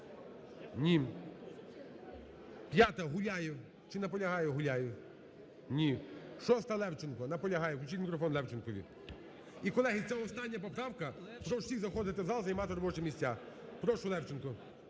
Ні. 5-а, Гуляєв. Чи наполягає Гуляєв? Ні. 6-а, Левченко. Наполягає. Включіть мікрофон Левченкові. І, колеги, це остання поправка, прошу всіх заходити в зал і займати робочі місця. Прошу, Левченко.